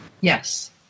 Yes